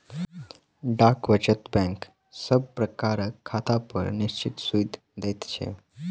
डाक वचत बैंक सब प्रकारक खातापर निश्चित सूइद दैत छै